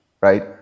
right